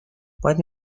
باید